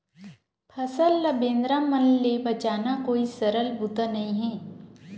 फसल ल बेंदरा मन ले बचाना कोई सरल बूता नइ हे